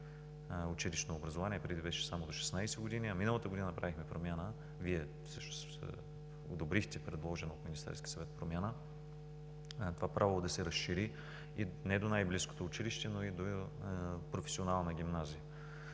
училищно образование. Преди беше само до 16 години. Миналата година направихме програма, Вие всъщност одобрихте, предложена промяна от Министерския съвет, това право да се разшири и не до най-близкото училище, но и до професионална гимназия,